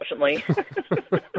unfortunately